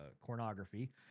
pornography